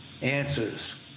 answers